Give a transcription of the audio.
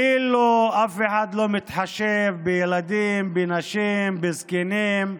כאילו, אף אחד לא מתחשב בילדים, בנשים, בזקנים,